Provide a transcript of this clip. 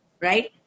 right